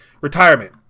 retirement